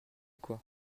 quoi